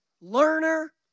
Learner